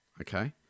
Okay